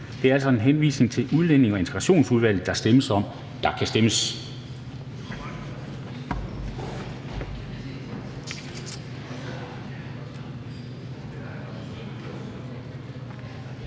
Det er altså en henvisning til Udlændinge- og Integrationsudvalget, der stemmes om. Kl. 13:06 Afstemning